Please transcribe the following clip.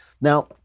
Now